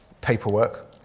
paperwork